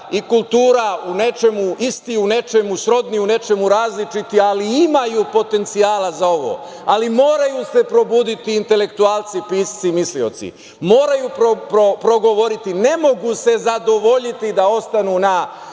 i kultura u nečemu isti, u nečemu srodni, u nečemu različiti, ali imaju potencijala za ovo, ali moraju se probuditi intelektualci, pisci i mislioci, moraju progovoriti. Ne mogu se zadovoljiti da ostanu na